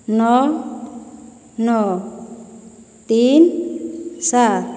ନଅ ନଅ ତିନ ସାତ